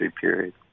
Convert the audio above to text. period